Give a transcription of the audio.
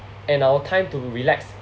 and our time to relax